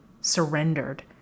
surrendered